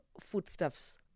foodstuffs